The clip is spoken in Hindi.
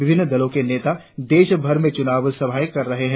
विभिन्न दलों के नेता देश भर में चूनाव संभाएं कर रहे हैं